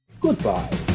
Goodbye